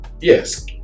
Yes